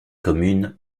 communes